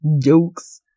jokes